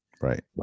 Right